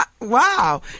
wow